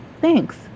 Thanks